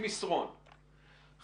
מסרונים בנטו.